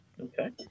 Okay